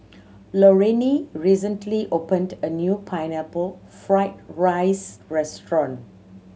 Lorrayne recently opened a new Pineapple Fried rice restaurant